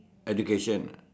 education